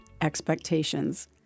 expectations